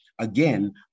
again